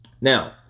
Now